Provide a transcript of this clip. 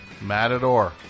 Matador